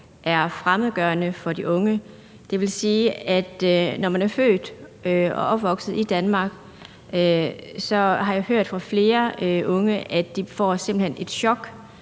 er fremmedgørende for de unge, og det vil sige, at man, når man er født og opvokset i Danmark – det har jeg hørt fra flere unge – simpelt hen får et chok,